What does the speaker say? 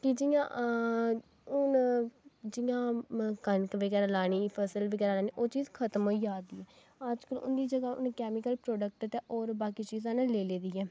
कि जि'यां हून जि'यां कनक बगैरा लानी फसल बगैरा लानी ओह् चीज खत्म होई जा दी ऐ अज्ज कल इंदी जगह् केमीकल प्रोडक्ट ते होर बाकी चीजां ने लेई लेदी ऐ